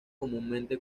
comúnmente